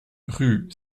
rue